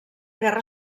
guerra